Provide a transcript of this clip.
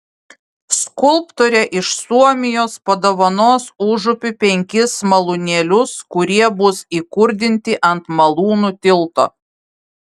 skulptorė iš suomijos padovanos užupiui penkis malūnėlius kurie bus įkurdinti ant malūnų tilto